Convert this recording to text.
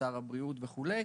עם שר הבריאות וכולי,